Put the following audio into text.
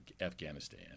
afghanistan